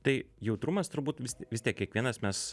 tai jautrumas turbūt vis vis tiek kiekvienas mes